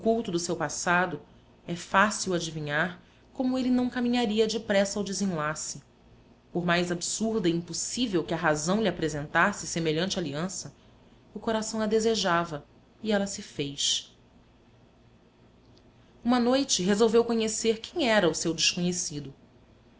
o culto do seu passado é fácil adivinhar como ele não caminharia depressa ao desenlace por mais absurda e impossível que a razão lhe apresentasse semelhante aliança o coração a desejava e ela se fez uma noite resolveu conhecer quem era o seu desconhecido